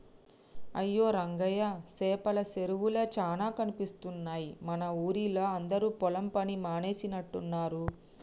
అయ్యో రంగయ్య సేపల సెరువులే చానా కనిపిస్తున్నాయి మన ఊరిలా అందరు పొలం పని మానేసినట్టున్నరు